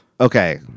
Okay